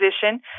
position